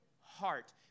heart